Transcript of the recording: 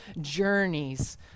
journeys